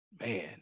man